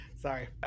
Sorry